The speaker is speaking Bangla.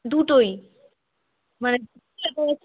দুটোই মানে